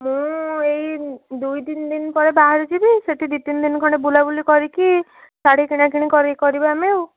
ମୁଁ ଏଇ ଦୁଇ ତିନଦିନ ପରେ ବାହାରି ଯିବି ସେଇଠି ଦୁଇ ତିନିଦିନ ଖଣ୍ଡେ ବୁଲାବୁଲି କରିକି ଶାଢ଼ୀ କିଣାକିଣି କରି କରିବା ଆମେ ଆଉ